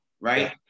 right